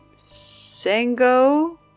Sango